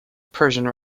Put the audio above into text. persian